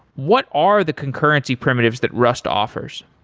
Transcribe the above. what are the concurrency primitives that rust offers?